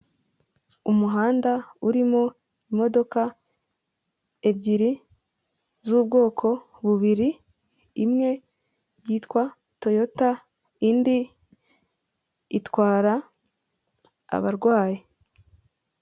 Umuhanda urimo imodoka ebyiri, z'ubwoko bubiri, imwe yitwa toyota, indi itwara abarwayi.